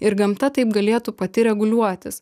ir gamta taip galėtų pati reguliuotis